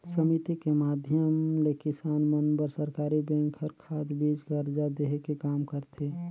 समिति के माधियम ले किसान मन बर सरकरी बेंक हर खाद, बीज, करजा देहे के काम करथे